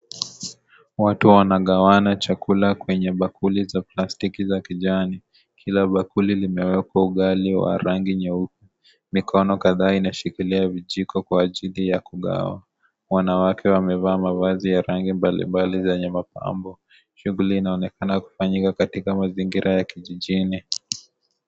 Watu wanagawanya chakula kwenye bakuli la plastiki za kijani ,kila bakuli imeekwa ugali wa rangi nyeupe ,mikono kadhaa inashikilia vijiko Kwa ajili ya kugawa. Wanawake wamevaa mavazi ya rangi mbalimbali zenye mapambo, shughuli inaonekana kufanyika katika mazingira ya kijijini.